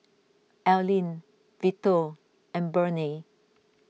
Alene Vito and Burney